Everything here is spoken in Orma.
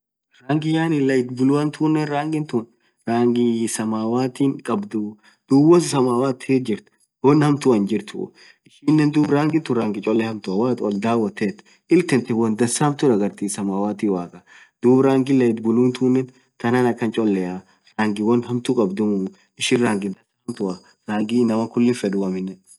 rangii yaani light blue tunen rangii thun rangiii samawati khadhu dhub won samawatir jirtuuu won hamtua hinjirtuu ishinen rangi tun rangi cholee hamtua woathin oll dhawothethu illi thanthe won dhansaaa hamtuu dhagartii samawati waqah dhub rangi light blue tunen thanan akhan cholea rangi won hamtu khabdhumuu ishin rangii dhansaa hamtua rangii inamaaan khulin fedhuu